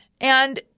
And-